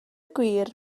gwir